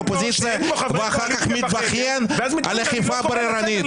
אופוזיציה ואחר כך מתבכיין על אכיפה בררנית.